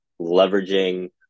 leveraging